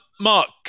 Mark